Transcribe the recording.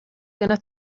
gonna